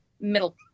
middle